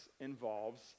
involves